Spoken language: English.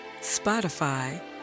Spotify